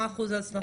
מה אחוז ההצלחה?